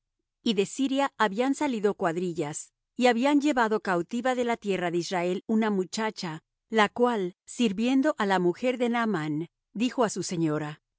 y de siria habían salido cuadrillas y habían llevado cautiva de la tierra de israel una muchacha la cual sirviendo á la mujer de naamán dijo á su señora